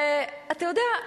ואתה יודע,